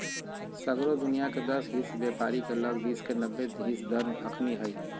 सगरो दुनियाँके दस हिस बेपारी के लग विश्व के नब्बे हिस धन अखनि हई